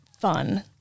fun